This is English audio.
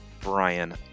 Brian